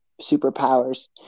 superpowers